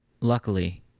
Luckily